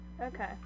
Okay